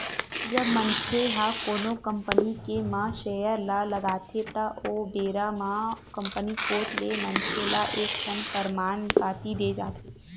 जब मनखे ह कोनो कंपनी के म सेयर ल लगाथे त ओ बेरा म कंपनी कोत ले मनखे ल एक ठन परमान पाती देय जाथे